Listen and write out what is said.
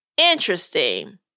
Interesting